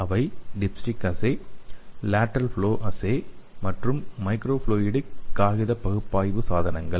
அவை dipstick assay lateral flow assay மற்றும் microfluidic காகித பகுப்பாய்வு சாதனங்கள்